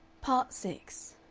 part six